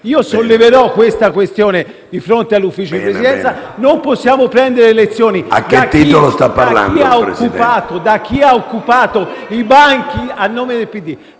Io solleverò tale questione di fronte al Consiglio di Presidenza. Non possiamo prendere lezioni da chi ha occupato i banchi del